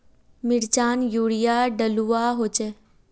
मिर्चान यूरिया डलुआ होचे?